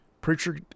Preacher